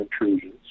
intrusions